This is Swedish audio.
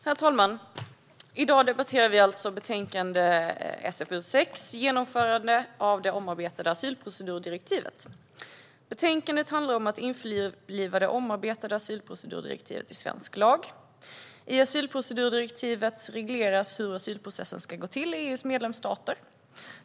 Herr talman! I dag debatterar vi betänkande SfU6 Genomförande av det omarbetade asylprocedurdirektivet . Betänkandet handlar om att införliva det omarbetade asylprocedurdirektivet i svensk lag. I asylprocedurdirektivet regleras hur asylprocessen ska gå till i EU:s medlemsstater.